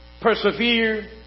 persevere